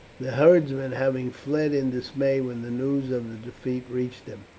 the herdsmen having fled in dismay when the news of the defeat reached them.